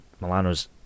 Milano's